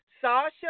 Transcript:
Sasha